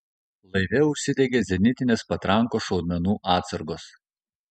laive užsidegė zenitinės patrankos šaudmenų atsargos